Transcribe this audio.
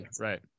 Right